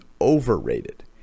overrated